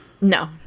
no